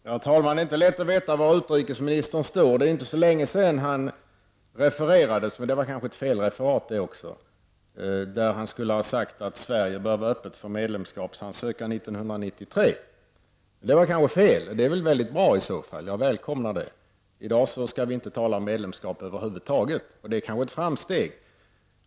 Herr talman! Det är inte lätt att veta var utrikesministern står. Det är inte så länge sedan det uppgavs att han skulle ha sagt att Sverige bör vara öppet för medlemskapsansökan 1993. Det kanske var ett felaktigt referat, och det är väldigt bra i så fall. Jag välkomnar det. I dag skall vi inte tala om medlemskap över huvud taget, och det är kanske ett framsteg.